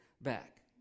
back